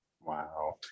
Wow